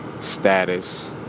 status